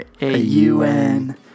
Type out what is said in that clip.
A-U-N